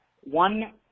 one